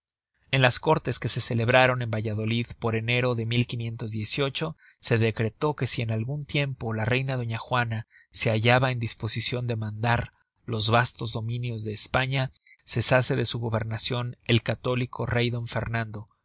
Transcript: en las córtes que se celebraron en valladolid por enero de se decretó que si en algun tiempo la reina doña juana se hallaba en disposicion de mandar los vastos dominios de españa cesase de su gobernacion el católico rey d fernando